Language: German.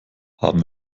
haben